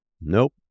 Nope